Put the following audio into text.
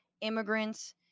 immigrants